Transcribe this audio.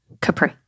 capri